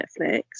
Netflix